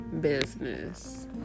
business